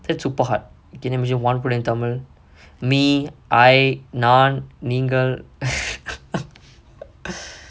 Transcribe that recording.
that's super hard okay let me give வான்படை:vaanpadai tamil me I நான் நீங்கள்:naan neengal